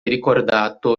ricordato